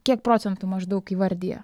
kiek procentų maždaug įvardija